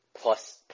plus